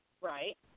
Right